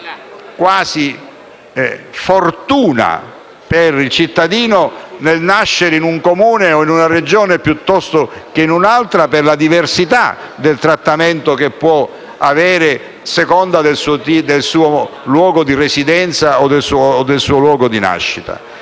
di fortuna per il cittadino il nascere in un Comune o in una Regione piuttosto che in un'altra per la diversità del trattamento che può ricevere a seconda del suo luogo di residenza o di nascita.